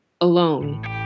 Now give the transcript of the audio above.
alone